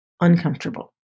uncomfortable